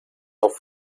auf